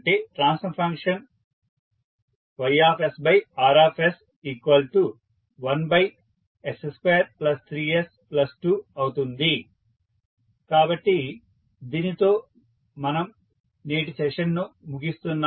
transfer function YR1s23s2అవుతుంది కాబట్టి దీనితో మన నేటి సెషన్ను ముగిస్తున్నాము